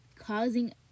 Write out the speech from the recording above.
Causing